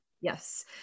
Yes